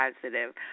positive